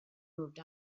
moved